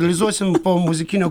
realizuosim po muzikinio